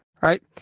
Right